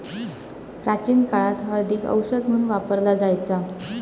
प्राचीन काळात हळदीक औषध म्हणून वापरला जायचा